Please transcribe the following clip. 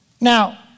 Now